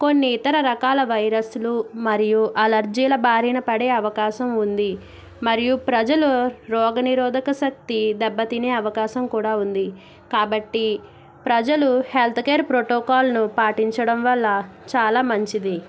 కొన్ని ఇతర రకాల వైరస్లు మరియు అలర్జీల బారిన పడే అవకాశం ఉంది మరియు ప్రజలు రోగనిరోధకశక్తి దెబ్బతినే అవకాశం కూడా ఉంది కాబట్టి ప్రజలు హెల్త్కేర్ ప్రోటోకాల్ను పాటించడం వల్ల చాలా మంచిది